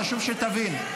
חשוב שתבין.